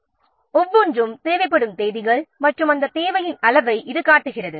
இது ப்ராஜெக்ட் முடிக்க தேவைப்படும் தேதி மற்றும் அந்த தேவையின் அளவை காட்டுகிறது